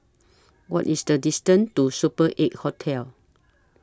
What IS The distance to Super eight Hotel